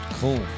Cool